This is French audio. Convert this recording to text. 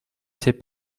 sais